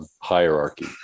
hierarchy